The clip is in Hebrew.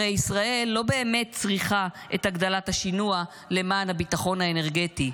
הרי ישראל לא באמת צריכה את הגדלת השינוע למען הביטחון האנרגטי,